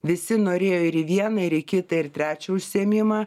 visi norėjo ir į vieną ir į kitą ir trečią užsiėmimą